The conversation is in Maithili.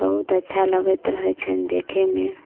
बहुत अच्छा लागैत रहे छनि देखैमे